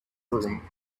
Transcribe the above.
room